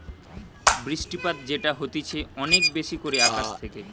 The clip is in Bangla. বৃষ্টিপাত যেটা হতিছে অনেক বেশি করে আকাশ থেকে